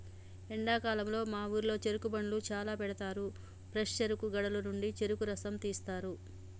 ఎండాకాలంలో మా ఊరిలో చెరుకు బండ్లు చాల పెడతారు ఫ్రెష్ చెరుకు గడల నుండి చెరుకు రసం తీస్తారు